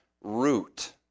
root